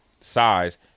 size